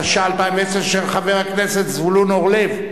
התשע"א 2010, של חבר הכנסת זבולון אורלב.